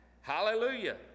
hallelujah